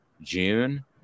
June